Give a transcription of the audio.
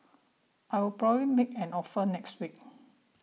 I'll probably make an offer next week